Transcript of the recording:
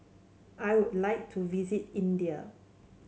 I would like to visit India